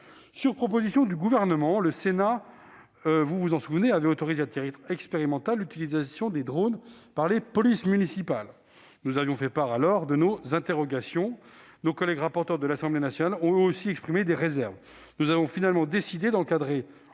Sur proposition du Gouvernement, le Sénat, vous vous en souvenez, avait autorisé à titre expérimental l'utilisation des drones par les polices municipales. Nous avions alors fait part de nos interrogations. Nos collègues rapporteurs de l'Assemblée nationale ont, eux aussi, exprimé des réserves. Nous avons finalement décidé d'encadrer